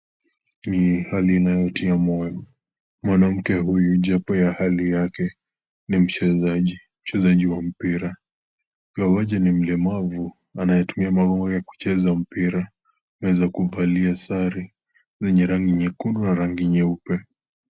Ni hali inayotia moyo mwanamke huyu japo ya hali yake ni mchezaji, mchezaji wa mpira ingawaje ni mlemavu anayetumia magogo ya kucheza mpira na za kuvalia sare zenye rangi nyekundu na rangi nyeupe.